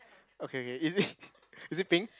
okay okay is it is it pink